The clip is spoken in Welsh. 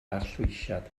arllwysiad